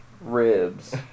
ribs